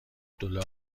دلار